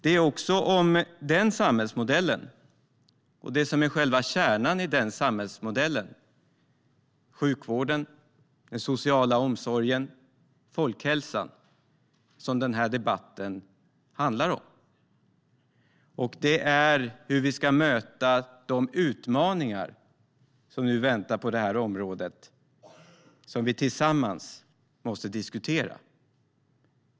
Det är den samhällsmodellen och det som är själva kärnan i den - sjukvården, den sociala omsorgen och folkhälsan - som debatten handlar om. Det är hur vi ska möta de utmaningar som nu väntar på området som vi tillsammans måste diskutera.